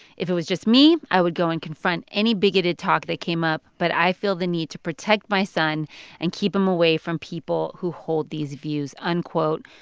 if it was just me, i would go and confront any bigoted talk that came up. but i feel the need to protect my son and keep him away from people who hold these views, unquote.